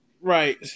right